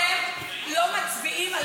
אתם לוקחים את המשמעות והחשיבות הלאומית שלו.